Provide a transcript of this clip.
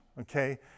okay